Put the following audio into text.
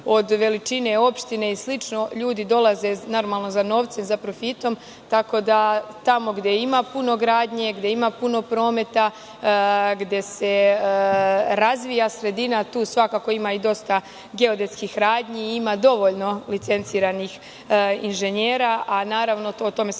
od veličine opštine i slično, ljudi dolaze, normalno za novcem, za profitom. Tako da, tamo gde ima puno gradnje, gde ima puno prometa, gde se razvija sredina, tu svakako ima dosta geodetskih radnji. Ima dovoljno licenciranih inženjera, a naravno o tome sam